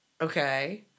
Okay